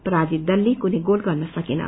पराजित दलले कुनै गोल गर्न सकेन